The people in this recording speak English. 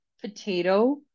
potato